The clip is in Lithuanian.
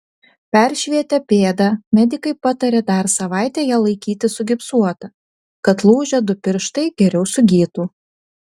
peršvietę pėdą medikai patarė dar savaitę ją laikyti sugipsuotą kad lūžę du pirštai geriau sugytų